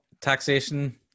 taxation